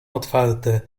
otwarte